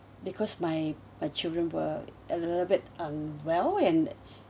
because my my children were a little bit unwell and